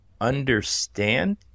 understand